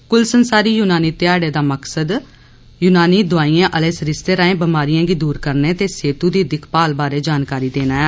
कुल संसारी युनानी ध्याड़े दा म्क्ख मकसद य्नानी द्आइयें आहले सरिस्ते राएं बीमारिएं गी दूर करने ते सेहतू दी दिक्ख भाल बारै जानकारी देना ऐ